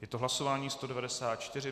Je to hlasování 194.